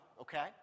okay